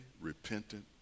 repentant